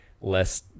less